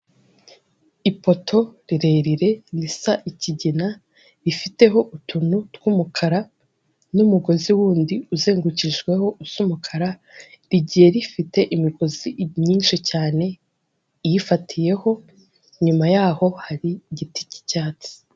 Ipoto rirerire risa ikigina, rifiteho utuntu tw'umukara n'umugozi wundi uzengurukijweho usa umukara, rigiye rifite imigozi myinshi cyane iyifatiyeho, inyuma yaho hari igiti k'icyatsi.